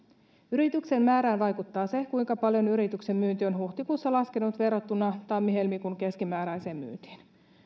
hyvityksen määrään vaikuttaa se kuinka paljon yrityksen myynti on huhtikuussa laskenut verrattuna tammi helmikuun keskimääräiseen myyntiin